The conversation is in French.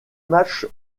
matchs